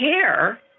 care